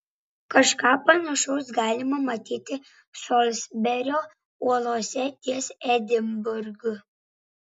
kažką panašaus galima matyti solsberio uolose ties edinburgu